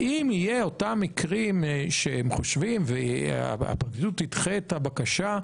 ואם יהיו אותם מקרים שהם חושבים והפרקליטות תדחה את הבקשה,